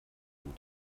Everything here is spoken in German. dem